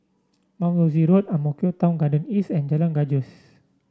Mount Rosie Road Ang Mo Kio Town Garden East and Jalan Gajus